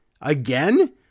again